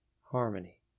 harmony